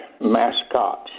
mascots